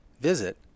visit